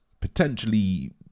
potentially